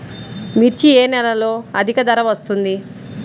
మిర్చి ఏ నెలలో అధిక ధర వస్తుంది?